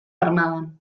armadan